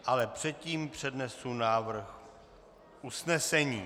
Ale předtím přednesu návrh usnesení.